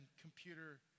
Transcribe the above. computer